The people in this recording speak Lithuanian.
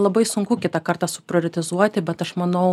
labai sunku kitą kartą suprioretizuoti bet aš manau